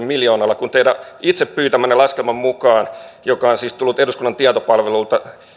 miljoonalla kun teidän itse pyytämänne laskelman mukaan joka on siis tullut eduskunnan tietopalvelulta